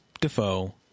Defoe